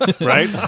right